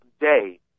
day